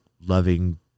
loving